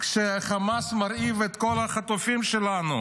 כשהחמאס מרעיב את כל החטופים שלנו,